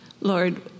Lord